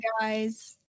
guys